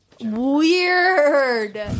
Weird